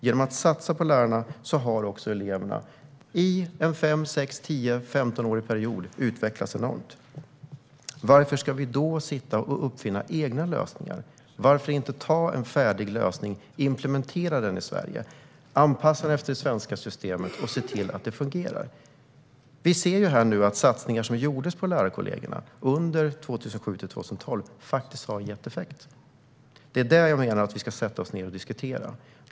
Genom att satsa på lärarna har man sett till att eleverna under en period på 5-15 år utvecklats enormt. Varför ska vi då uppfinna egna lösningar? Varför kan vi inte ta en färdig lösning, implementera den i Sverige, anpassa den efter det svenska systemet och se till att den fungerar? Vi ser nu att satsningar som gjordes på lärarkollegorna under 2007-2012 faktiskt har gett effekt. Det är detta som jag menar att vi ska sätta oss ned och diskutera.